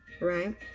Right